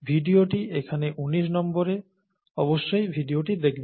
ভিডিওটি এখানে 19 নম্বরে অবশ্যই ভিডিওটি দেখবেন